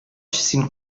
син